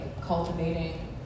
cultivating